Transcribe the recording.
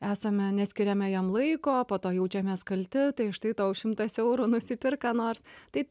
esame neskiriame jam laiko po to jaučiamės kalti tai štai tau šimtas eurų nusipirk ką nors tai